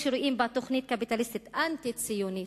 שרואים בה תוכנית קפיטליסטית אנטי-ציונית